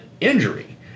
injury